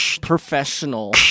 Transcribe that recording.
Professional